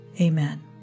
Amen